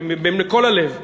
מכל הלב.